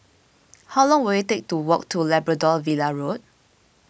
how long will it take to walk to Labrador Villa Road